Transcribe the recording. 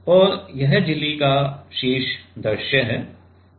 और यह झिल्ली का शीर्ष दृश्य है